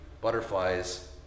butterflies